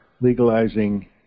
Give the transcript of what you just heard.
legalizing